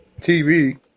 TV